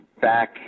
back